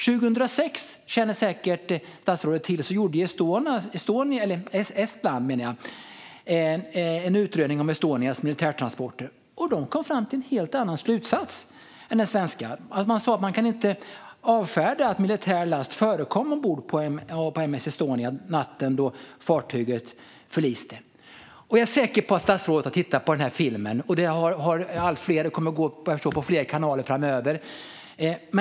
År 2006 gjorde Estland en utredning om Estonias militärtransporter, som statsrådet säkert känner till. Den kom fram till en helt annan slutsats än den svenska. Man sa att man inte kan avfärda att militär last förekom ombord på M/S Estonia natten då fartyget förliste. Jag är säker på att statsrådet har tittat på filmen. Det har allt fler gjort, och den kommer att gå på fler kanaler framöver.